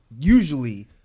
usually